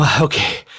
okay